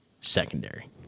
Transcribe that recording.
secondary